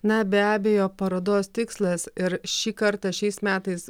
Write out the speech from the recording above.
na be abejo parodos tikslas ir šį kartą šiais metais